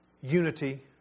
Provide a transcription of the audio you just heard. unity